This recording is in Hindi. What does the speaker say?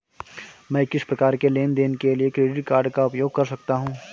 मैं किस प्रकार के लेनदेन के लिए क्रेडिट कार्ड का उपयोग कर सकता हूं?